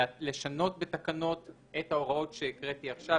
לשנות בתקנות את ההוראות שהקראתי עכשיו,